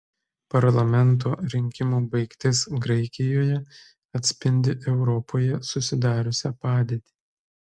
parlamento rinkimų baigtis graikijoje atspindi europoje susidariusią padėtį